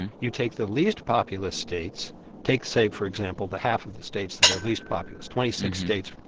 you take the least populous states take, say, for example, the half of the states that are least populous twenty six states,